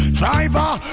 driver